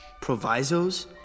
Provisos